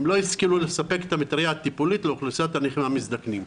הם לא השכילו לספק את המטרייה הטיפולית לאוכלוסיית הנכים המזדקנים.